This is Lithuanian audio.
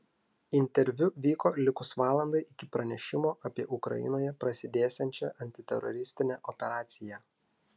interviu vyko likus valandai iki pranešimo apie ukrainoje prasidėsiančią antiteroristinę operaciją